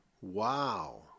Wow